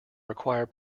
require